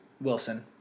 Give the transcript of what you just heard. Wilson